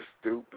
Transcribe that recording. stupid